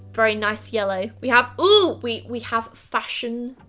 very nice yellow. we have ooh! we, we have fashion,